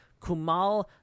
Kumal